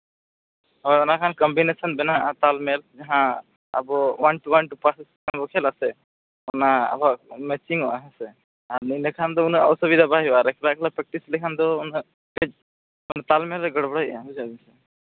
ᱦᱳᱭ ᱚᱱᱟ ᱠᱷᱟᱱ ᱠᱚᱢᱵᱤᱱᱮᱥᱚᱱ ᱵᱮᱱᱟᱜᱼᱟ ᱛᱟᱞ ᱢᱮᱪ ᱡᱟᱦᱟᱸ ᱟᱵᱚ ᱚᱣᱟᱱ ᱴᱩ ᱚᱣᱟᱱ ᱴᱩ ᱡᱚᱠᱷᱚᱡ ᱵᱚᱱ ᱠᱷᱮᱞ ᱟᱥᱮ ᱚᱱᱟ ᱢᱮᱪᱤᱝ ᱚᱜᱼᱟ ᱦᱮᱸ ᱥᱮ ᱟᱨ ᱢᱮᱱ ᱞᱮᱠᱷᱟᱱ ᱫᱚ ᱩᱱᱟᱹᱜ ᱚᱥᱩᱵᱤᱫᱷᱟ ᱵᱟᱭ ᱦᱩᱭᱩᱜᱼᱟ ᱟᱨ ᱮᱠᱞᱟ ᱮᱠᱞᱟ ᱯᱮᱠᱴᱤᱥ ᱞᱮᱠᱷᱟᱱ ᱩᱱᱟᱹᱜ ᱠᱟᱹᱡ ᱛᱟᱞ ᱢᱮᱞ ᱨᱮ ᱜᱚᱲᱵᱚᱲᱮᱫᱼᱟᱭ ᱵᱩᱡᱷᱟᱹᱣ